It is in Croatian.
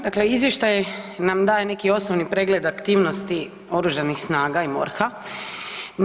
Dakle, izvještaj nam daje neki osnovi pregled aktivnosti oružanih snaga i MORH-a.